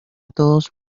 todos